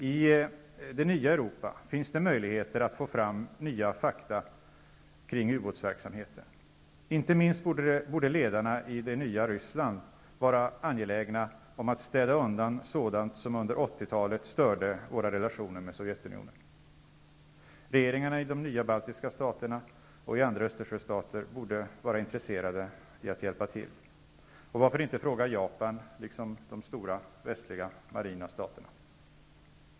I det nya Europa finns det möjligheter att få fram nya fakta kring ubåtsverksamheten. Inte minst borde ledarna i det nya Ryssland vara angelägna om att städa undan sådant som under 80-talet störde våra relationer med Sovjetunionen. Regeringarna i de nya baltiska staterna och i andra Östersjöstater borde vara intresserade av att hjälpa till. Och varför inte fråga Japan liksom de stora västliga marina staterna.